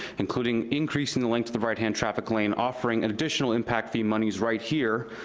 including increasing the length of the right-hand traffic lane, offering and additional impact fee monies right here.